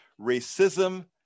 racism